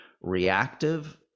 reactive